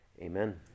Amen